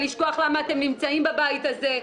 ה-לשכוח למה אתם נמצאים בבית הזה,